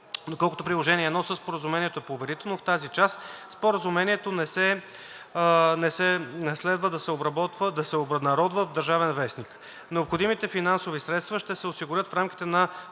Доколкото Приложение 1 към Споразумението е поверително, в тази част Споразумението не следва да се обнародва в „Държавен вестник“. Необходимите финансови средства ще се осигурят в рамките на